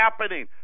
happening